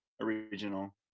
original